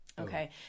Okay